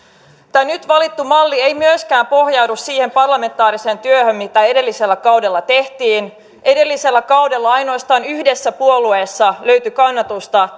tämä nyt valittu malli ei myöskään pohjaudu siihen parlamentaariseen työhön mitä edellisellä kaudella tehtiin edellisellä kaudella ainoastaan yhdessä puolueessa löytyi kannatusta